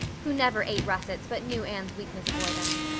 who never ate russets but knew anne's weakness for them.